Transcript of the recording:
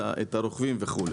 את הרוכבים וכולי.